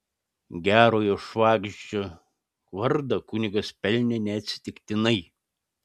gerojo švagždžio vardą kunigas pelnė neatsitiktinai